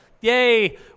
yay